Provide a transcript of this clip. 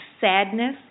sadness